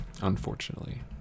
unfortunately